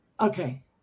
Okay